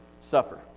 suffer